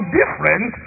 different